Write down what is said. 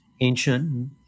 ancient